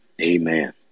Amen